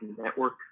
network